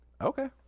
okay